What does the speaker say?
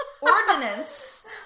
ordinance